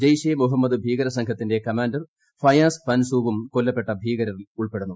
ജെയ്ഷെ ഇ മുഹമ്മദ് ഭീകരസംഘത്തിന്റെ കമാൻഡർ ഫയാസ് പൻസൂവും കൊല്ലപ്പെട്ട ഭീകരിൽ ഉൾപ്പെടുന്നു